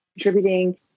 contributing